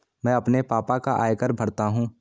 मैं अपने पापा का आयकर भरता हूं